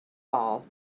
all